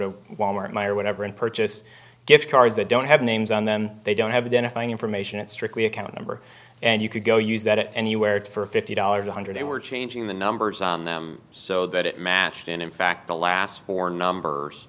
to wal mart my or whatever and purchase gift cards that don't have names on them they don't have a definite information it strictly account number and you could go use that anywhere for a fifty dollars one hundred were changing the numbers on them so that it matched and in fact the last four numbers